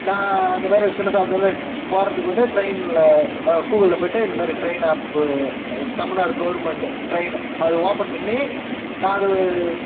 நான் இந்த மாதிரி சின்ன சேலத்திலேருந்து போவதுக்கு வந்து ட்ரெயினில் கூகுளில் போய்விட்டு இந்தமாதிரி train app Tamil Nadu government train அது ஓப்பன் பண்ணி நான் அது